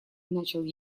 начал